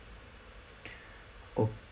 oh